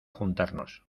juntarnos